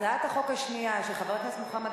הצעת החוק השנייה של חבר הכנסת מוחמד